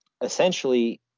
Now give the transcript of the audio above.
essentially